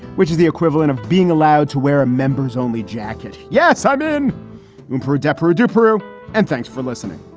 which is the equivalent of being allowed to wear a members only jacket. yes, i'm in um for a desperate diaper. and thanks for listening